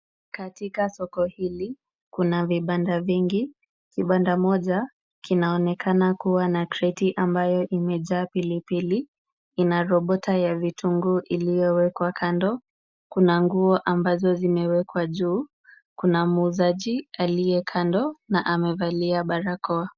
Katika soko hili, kuna vibanda vingi. Kibanda moja, kinaonekana kuwa na creti ambayo imejaa pilipili. Ina robota ya vitunguu iliyowekwa kando. Kuna nguo ambazo zimewekwa juu. Kuna muuzaji aliye kando na amevalia barakoa.